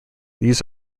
these